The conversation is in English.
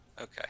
Okay